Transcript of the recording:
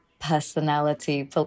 personality